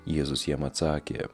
jėzus jam atsakė